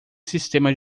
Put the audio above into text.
sistema